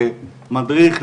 למדריך,